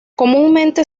comúnmente